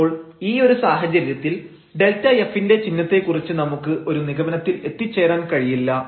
അപ്പോൾ ഈയൊരു സാഹചര്യത്തിൽ Δf ന്റെ ചിഹ്നത്തെ കുറിച്ച് നമുക്ക് ഒരു നിഗമനത്തിൽ എത്തിച്ചേരാൻ കഴിയില്ല